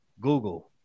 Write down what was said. Google